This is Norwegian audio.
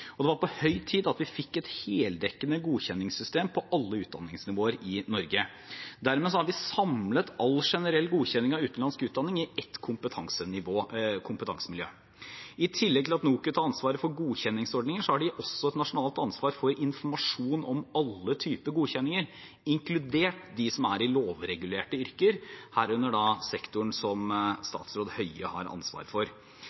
Det var på høy tid at vi fikk et heldekkende godkjenningssystem på alle utdanningsnivåer i Norge. Dermed har vi samlet all generell godkjenning av utenlandsk utdanning i ett kompetansemiljø. I tillegg til at NOKUT har ansvaret for godkjenningsordninger, har de også et nasjonalt ansvar for informasjon om alle typer godkjenninger, inkludert de som er i lovregulerte yrker, herunder sektoren som statsråd Høie har ansvar for.